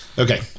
Okay